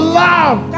love